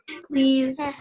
please